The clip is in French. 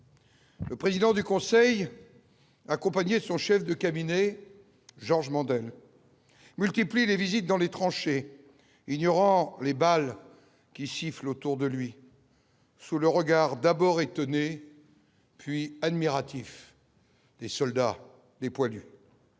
Le président du Conseil, accompagné de son chef de cabinet, Georges Mandel multiplie les visites dans les tranchées, ignorant les balles qui sifflent autour de lui. Sous le regard d'abord étonné puis admiratif des soldats déployés.